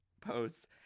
posts